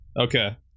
Okay